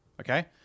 Okay